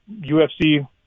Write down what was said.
UFC